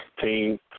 team